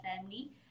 family